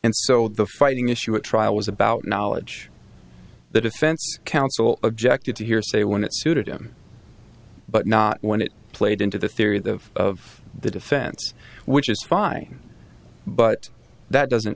and so the fighting issue at trial was about knowledge the defense counsel objected to hearsay when it suited him but not when it played into the theory of the defense which is fine but that doesn't